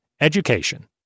education